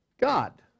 God